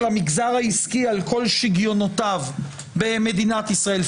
המגזר העסקי על כל שיגיונותיו במדינת ישראל,